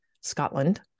Scotland